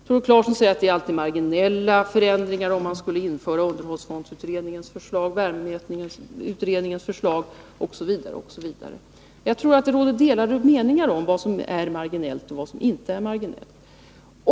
Tore Claeson säger att det skulle bli marginella förändringar om man skulle införa underhållsfondsutredningens förslag, värmemätningsutredningens förslag osv. Jag tror att det råder delade meningar om vad som är marginellt och vad som inte är marginellt.